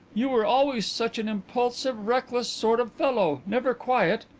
you were always such an impulsive, reckless sort of fellow never quiet.